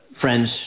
friends